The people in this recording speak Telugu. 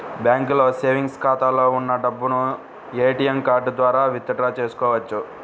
బ్యాంకులో సేవెంగ్స్ ఖాతాలో ఉన్న డబ్బును ఏటీఎం కార్డు ద్వారా విత్ డ్రా చేసుకోవచ్చు